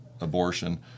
abortion